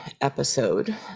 episode